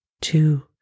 two